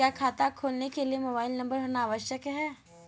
क्या खाता खोलने के लिए मोबाइल नंबर होना आवश्यक है?